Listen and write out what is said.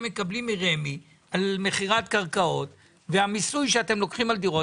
מקבלים מרמ"י על מכירת קרקעות והמיסוי שאתם לוקחים על דירות,